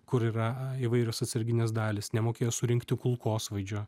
kur yra įvairios atsarginės dalys nemokėjo surinkti kulkosvaidžio